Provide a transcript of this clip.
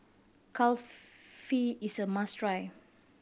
kulfi is a must try